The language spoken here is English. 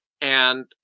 and-